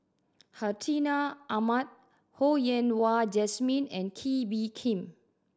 Hartinah Ahmad Ho Yen Wah Jesmine and Kee Bee Khim